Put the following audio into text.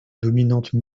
dominante